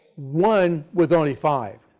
one with only five,